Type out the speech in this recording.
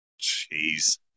Jeez